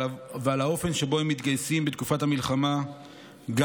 ועל האופן שבו הם מתגייסים בתקופת המלחמה גם